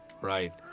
right